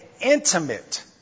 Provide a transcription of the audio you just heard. intimate